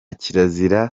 kirazira